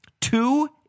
two